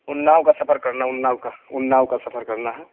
اناؤ کا سفر کرنا اناؤ کا اناؤ کا سفر کرنا ہے